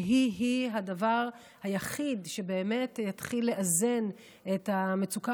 שהיא-היא הדבר היחיד שבאמת יתחיל לאזן את המצוקה